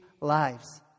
lives